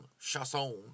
Chasson